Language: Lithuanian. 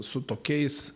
su tokiais